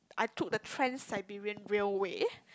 I took the Trans Siberian Railway